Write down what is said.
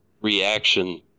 reaction